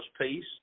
peace